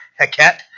Heket